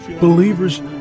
Believers